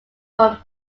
from